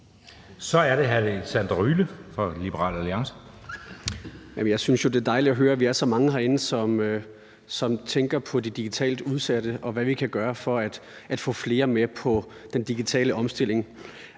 Kl. 17:44 Alexander Ryle (LA): Jamen jeg synes jo, at det er dejligt at høre, at vi er så mange herinde, som tænker på de digitalt udsatte og hvad vi kan gøre for at få flere med på den digitale omstilling.